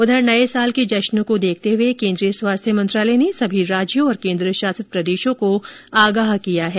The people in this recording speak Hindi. उधर नए साल के जश्न को देखते हए केन्द्रीय स्वास्थ्य मंत्रालय ने सभी राज्यों और केन्द्र शासित प्रदेशों को आगाह किया है